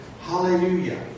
Hallelujah